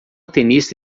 tenista